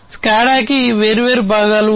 SCADA కి వేర్వేరు భాగాలు ఉన్నాయి